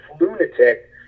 lunatic